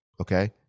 okay